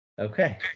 Okay